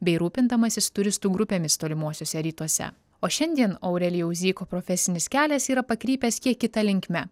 bei rūpindamasis turistų grupėmis tolimuosiuose rytuose o šiandien aurelijaus zyko profesinis kelias yra pakrypęs kiek kita linkme